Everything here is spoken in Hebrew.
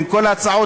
עם כל ההצעות.